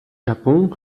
japon